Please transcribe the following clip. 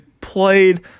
played